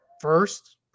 first